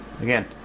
again